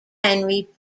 henry